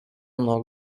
nuo